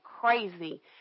crazy